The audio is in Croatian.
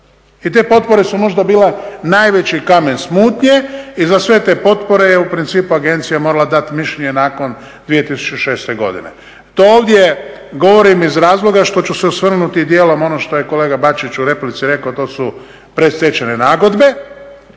I te potpore su možda bile najveći kamen smutnje i za sve te potpore je u principu agencija morala dati mišljenje nakon 2006. godine. To ovdje govorim iz razloga što ću se osvrnuti dijelom, ono što je kolega Bačić u replici rekao, to su predstečajne nagodbe,